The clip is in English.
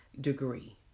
degree